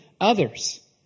others